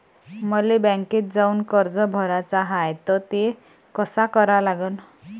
मले बँकेत जाऊन कर्ज भराच हाय त ते कस करा लागन?